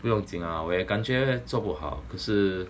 不用紧 ah 我也感觉做不好可是